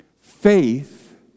faith